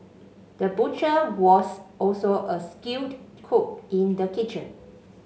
the butcher was also a skilled cook in the kitchen